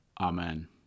Amen